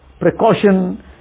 precaution